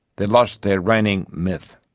they lost their reigning myth,